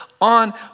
on